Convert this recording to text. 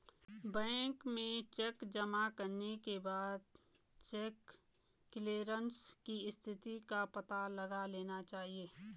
bank में cheque जमा करने के बाद चेक क्लेअरन्स की स्थिति का पता लगा लेना चाहिए